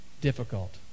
difficult